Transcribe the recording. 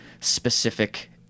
specific